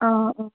অ অ